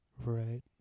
Right